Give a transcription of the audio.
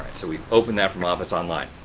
so we've opened that from office online.